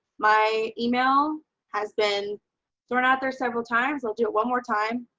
my e mail has been thrown out there several times. i'll do it one more time.